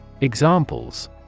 Examples